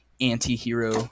anti-hero